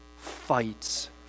fights